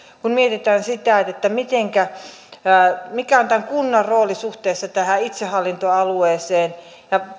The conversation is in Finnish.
kun mietitään sitä mikä on kunnan rooli suhteessa itsehallintoalueeseen ja